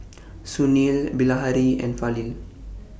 Sunil Bilahari and Fali